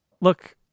Look